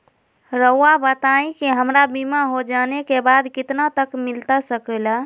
रहुआ बताइए कि हमारा बीमा हो जाने के बाद कितना तक मिलता सके ला?